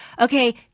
okay